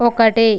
ఒకటి